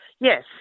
yes